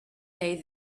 day